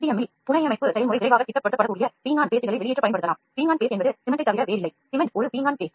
M மில் புனையமைப்பு செயல்முறை விரைவாக திடப்படுத்தக்கூடிய பீங்கான் பேஸ்ட்களை சிமெண்ட் பிதிர்வாக்க பயன்படுத்தலாம்